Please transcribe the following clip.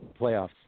playoffs